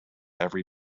every